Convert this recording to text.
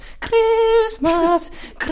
Christmas